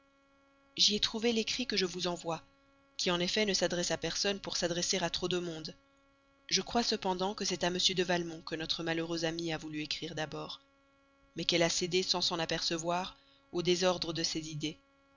j'y ai trouvé l'écrit que je vous envoie qui en effet ne s'adresse à personne pour s'adresser à trop de monde je croirais cependant que c'est à m de valmont que notre malheureuse amie a voulu écrire d'abord mais qu'elle a cédé sans s'en apercevoir au désordre de ses idées